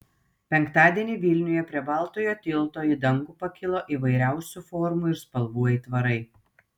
penktadienį vilniuje prie baltojo tilto į dangų pakilo įvairiausių formų ir spalvų aitvarai